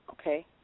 Okay